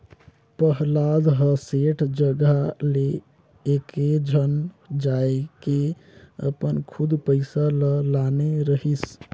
पहलाद ह सेठ जघा ले एकेझन जायके अपन खुद पइसा ल लाने रहिस